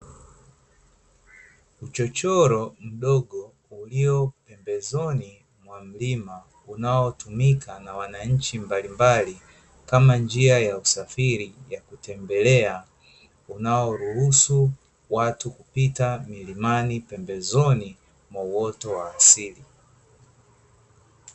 Uchochoro mdogo, ulio pembezoni mwa mlima unaotumika na wananchi mbalimbali kama njia ya usafiri, ya kutembelea, unaoruhusu watu kupita milimani katika uoto wa asili.